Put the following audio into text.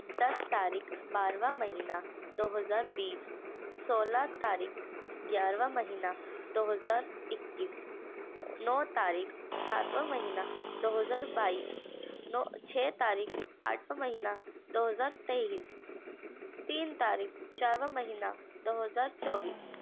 دس تاریخ بارہواں مہینہ دو ہزار بیس سولہ تاریخ گیارہواں مہینہ دو ہزار اکیس نو تاریخ ساتواں مہینہ دو ہزار بائیس نو چھ تاریخ آٹھواں مہینہ دو ہزار تئیس تین تاریخ چارواں مہینہ دو ہزار چوبیس